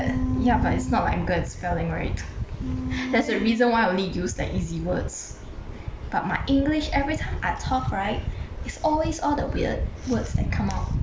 ya but it's not like good spelling right there's a reason why I only use like easy words but my english every time I talk right is always all the weird words that come out